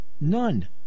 None